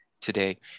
today